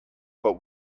but